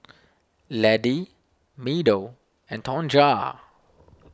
Laddie Meadow and Tonja